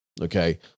okay